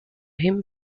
him